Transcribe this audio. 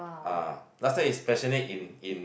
ah last time is passionate in in